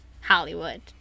Hollywood